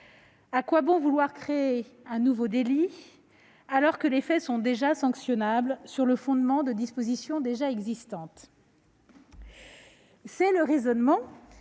À quoi bon créer un nouveau délit alors que les faits sont déjà sanctionnables sur le fondement de dispositions déjà existantes ?